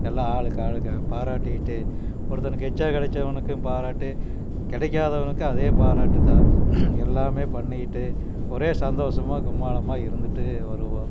எல்லா ஆளுக்கு ஆளுக்கு பாராட்டிட்டு ஒருத்தனுக்கு எக்ஸ்ட்ரா கிடைச்சவனுக்கும் பாராட்டு கிடைக்காதவனுக்கும் அதே பாராட்டுதான் எல்லாமே பண்ணிக்கிட்டு ஒரே சந்தோஷமாக கும்மாளமாக இருந்துட்டு வருவோம்